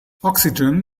oxygen